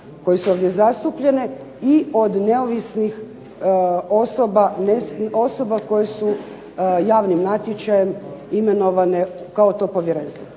koje su ovdje zastupljene i od neovisnih osoba, osoba koje su javnim natječajem imenovane kao članovi